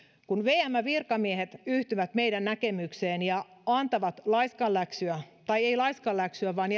kun vmn virkamiehet yhtyvät meidän näkemykseen ja antavat laiskanläksyä tai eivät laiskanläksyä vaan